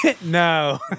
No